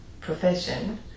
profession